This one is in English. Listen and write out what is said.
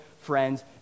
friends